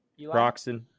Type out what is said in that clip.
roxon